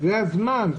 זה הזמן.